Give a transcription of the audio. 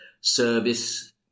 service